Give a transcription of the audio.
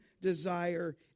desire